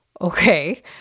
okay